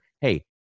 Hey